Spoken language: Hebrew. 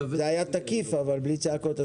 זה היה תקיף אבל בלי צעקות.